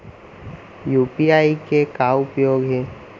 UPI के का उपयोग हे?